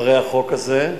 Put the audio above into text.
אחרי החוק הזה,